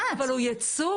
אבל הוא יצוא.